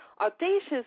Audacious